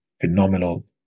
phenomenal